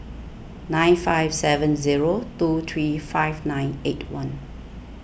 nine five seven zero two three five nine eight one